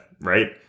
right